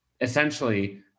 essentially